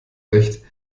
recht